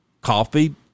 coffee